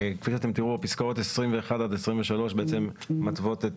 כפי שאתם תראו, פסקאות (21) עד (23) בעצם מתוות את